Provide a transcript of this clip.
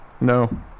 No